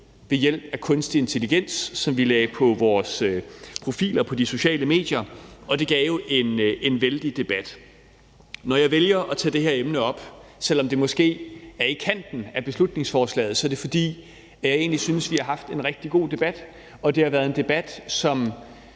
ved hjælp af kunstig intelligens, som vi lagde på vores profiler på de sociale medier, og det gav jo en vældig debat. Når jeg vælger at tage det her emne op, selv om det måske befinder sig i kanten af beslutningsforslaget, så er det, fordi jeg egentlig synes, at vi har haft en rigtig god debat, og det har været en debat, som